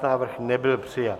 Návrh nebyl přijat.